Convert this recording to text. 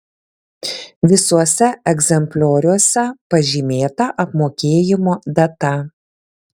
visuose egzemplioriuose pažymėta apmokėjimo data